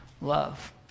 love